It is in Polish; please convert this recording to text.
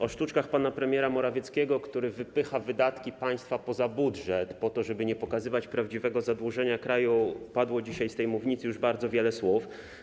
O sztuczkach pana premiera Morawieckiego, który wypycha wydatki państwa poza budżet po to, żeby nie pokazywać prawdziwego zadłużenia kraju, padło dzisiaj z tej mównicy już bardzo wiele słów.